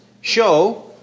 show